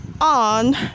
on